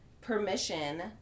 permission